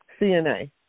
CNA